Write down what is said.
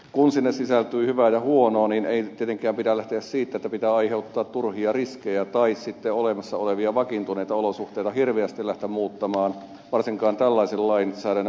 kun sinne sisältyy hyvää ja huonoa niin ei nyt tietenkään pidä lähteä siitä että pitää aiheuttaa turhia riskejä tai sitten olemassa olevia vakiintuneita olosuhteita hirveästi lähteä muuttamaan varsinkaan tällaisen lainsäädännön kautta